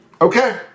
Okay